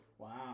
Wow